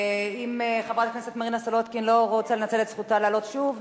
אם חברת הכנסת מרינה סולודקין לא רוצה לנצל את זכותה לעלות שוב,